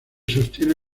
sostiene